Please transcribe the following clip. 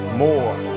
more